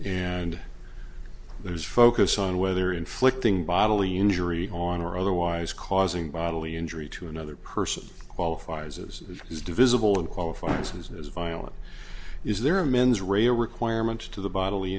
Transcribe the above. and there's focus on whether inflicting bodily injury on or otherwise causing bodily injury to another person qualifies as is divisible and qualifies as violent is there a mens rea a requirement to the bodily